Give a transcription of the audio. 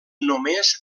només